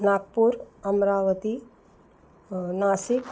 Nagpur Amravati Nashik